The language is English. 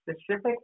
specific